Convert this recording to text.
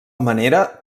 manera